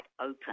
open